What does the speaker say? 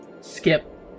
Skip